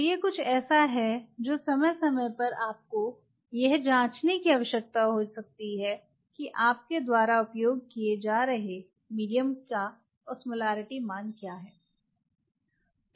तो यह कुछ ऐसा है जो समय समय पर आपको यह जांचने की आवश्यकता हो सकती है कि आपके द्वारा उपयोग किए जा रहे मीडियम का ऑस्मोलरिटी मान क्या है